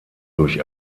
durch